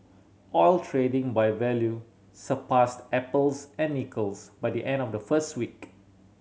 oil trading by value surpassed apples and nickels by the end of the first week